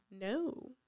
No